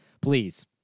please